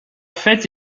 fêtes